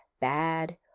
bad